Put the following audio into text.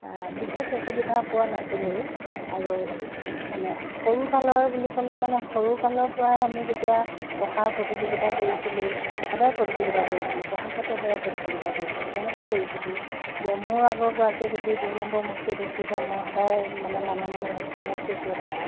বিশেষ অসুবিধা পোৱা নাছিলোঁ আৰু মানে সৰুকালৰ বুলি ক'লে মানে সৰুকালৰপৰাই আমি যেতিয়া পঢ়াৰ প্ৰতিযোগিতা কৰিছিলোঁ সদায় প্ৰতিযোগিতা কৰিছিলোঁ পঢ়াৰ ক্ষেত্ৰত সদায় প্ৰতিযোগিতা কৰিছিলোঁ কেনেকৈ কৰিছিলোঁ যে মোৰ আগৰ গৰাকীয়ে যদি দুই নম্বৰ মোতকৈ বেছি পায় মই সদায় মানে মনে মনে ভাবিছিলোঁ মোতকৈ কিয় পাব